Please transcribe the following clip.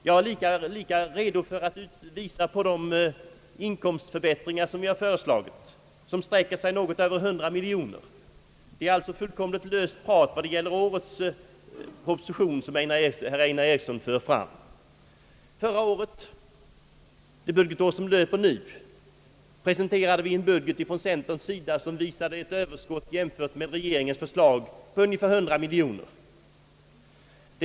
Jag är lika redo att visa på de inkomstförstärkningar som vi föreslagit och som kretsar något över 100 miljoner kronor. När det gäller årets proposition är det alltså fullkomligt löst prat som herr Einar Eriksson för fram. Förra året — för det budgetår som löper nu — presenterade vi från centerns sida en budget som i jämförelse med regeringens förslag visade ett överskott på ungefär 100 miljoner kronor.